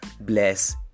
bless